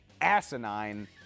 asinine